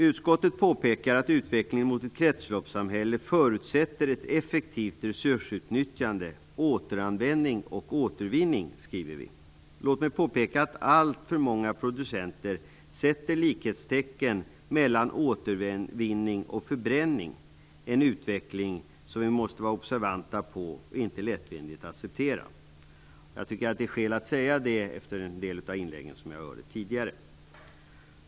Utskottet påpekar att utvecklingen mot ett kretsloppssamhälle förutsätter ett effektivt resursutnyttjande, återanvändning och återvinning. Låt mig påpeka att alltför många producenter sätter likhetstecken mellan återvinning och förbränning, en utveckling som vi måste vara observanta på och inte lättvindigt acceptera. Jag tycker att det finns skäl att säga det med anledning av en del av de tidigare inläggen.